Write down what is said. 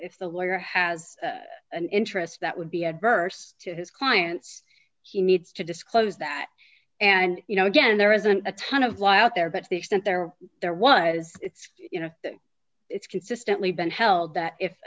if the lawyer has an interest that would be adverse to his clients he needs to disclose that and you know again there isn't a ton of lie out there but to the extent there there was you know it's consistently been held that if